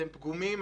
אתם פגומים,